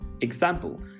Example